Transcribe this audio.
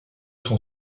son